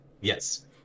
Yes